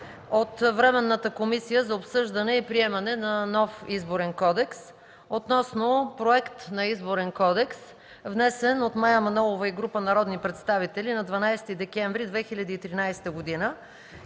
на Временната комисия за обсъждане и приемане на нов Изборен кодекс относно Проект на Изборен кодекс, внесен от Мая Манолова и група народни представители на 12 декември 2013 г.,